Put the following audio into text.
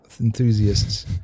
enthusiasts